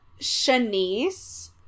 Shanice